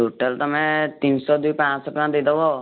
total ତମେ ତିନିଶହ ଯୋଉ ପାଞ୍ଚଶହ ଟଙ୍କା ଦେଇଦବ